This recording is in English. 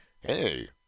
hey